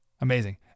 Amazing